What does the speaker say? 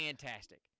fantastic